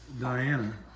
Diana